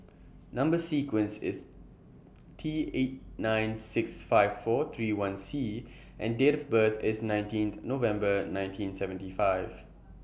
Number sequence IS T eight nine six five four three one C and Date of birth IS nineteenth November nineteen seventy five